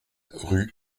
rue